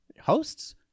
Hosts